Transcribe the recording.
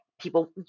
people